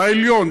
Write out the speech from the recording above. העליון,